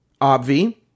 Obvi